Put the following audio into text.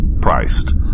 priced